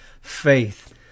faith